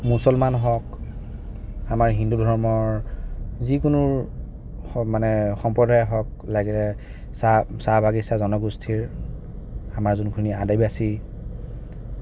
মুছলমান হওক আমাৰ হিন্দু ধৰ্মৰ যিকোনো মানে সম্প্ৰদায়ৰ হওক লাগিলে চাহ চাহ বাগিচা জনগোষ্ঠীৰ আমাৰ যোনখিনি আদিবাসী